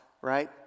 right